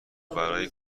برای